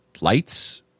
lights